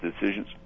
decisions